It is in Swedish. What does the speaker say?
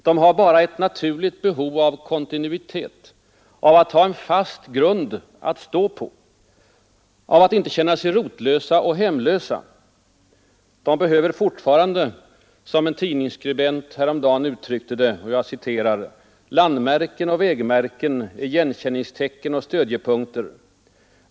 De har bara ett naturligt behov av kontinuitet, av att ha en fast grund att stå på, av att inte känna sig rotlösa och hemlösa. De behöver fortfarande — som en tidningsskribent häromdagen uttryckte det — ”landmärken och vägmärken, igenkänningstecken och stödjepunkter ...